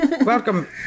Welcome